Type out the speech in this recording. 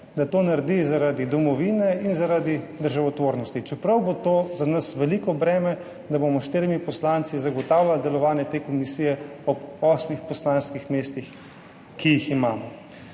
da to naredi zaradi domovine in zaradi državotvornosti. Čeprav bo za nas veliko breme to, da bomo s štirimi poslanci zagotavljali delovanje te komisije, ob osmih poslanskih mestih, ki jih imamo.